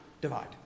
divide